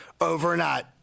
overnight